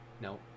No